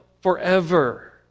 forever